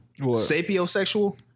Sapiosexual